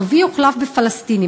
הערבי הוחלף בפלסטיני.